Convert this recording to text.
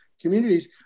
communities